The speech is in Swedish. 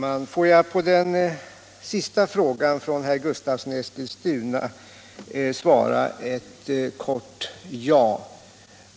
Herr talman! På den avslutande frågan från herr Gustavsson i Eskilstuna vill jag svara ett kort ja.